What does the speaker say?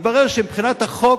והתברר שמבחינת החוק